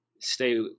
stay